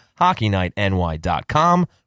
HockeyNightNY.com